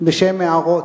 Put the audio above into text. בשם מערות,